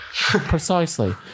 Precisely